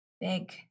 Big